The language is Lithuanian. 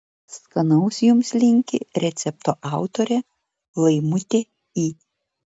skanaus jums linki recepto autorė laimutė i